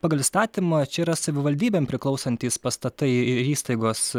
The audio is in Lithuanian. pagal įstatymą čia yra savivaldybėm priklausantys pastatai į įstaigos